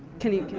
can just